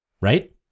Right